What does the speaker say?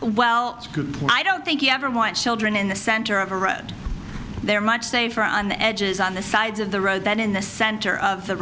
point i don't think you ever want children in the center of a road they're much safer on the edges on the sides of the road that in the center of the